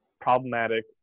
problematic